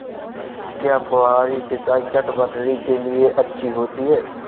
क्या फुहारी सिंचाई चटवटरी के लिए अच्छी होती है?